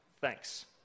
thanks